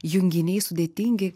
junginiai sudėtingi